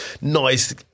Nice